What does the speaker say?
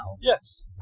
Yes